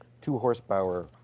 two-horsepower